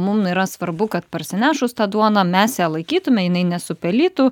mum yra svarbu kad parsinešus tą duoną mes ją laikytume jinai nesupelytų